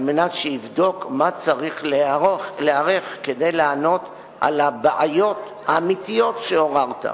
על מנת שיבדוק במה צריך להיערך כדי לענות על הבעיות האמיתיות שעוררת.